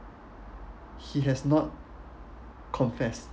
he has not confessed